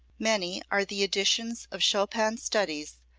many are the editions of chopin's studies,